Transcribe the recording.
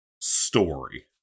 story